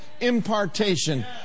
impartation